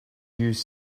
use